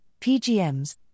PGMs